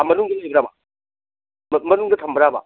ꯑꯥ ꯃꯅꯨꯡꯗ ꯂꯩꯕ꯭ꯔꯕ ꯃꯅꯨꯡꯗ ꯊꯝꯕ꯭ꯔꯕ